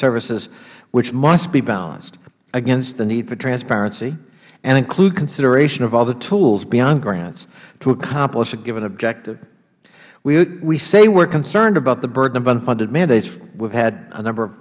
services which must be balanced against the need for transparency and include consideration of all of the tools beyond grants to accomplish a given objective we say we are concerned about the burden of unfunded mandates we have had a number